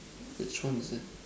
which one is that